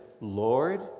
Lord